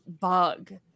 bug